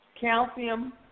calcium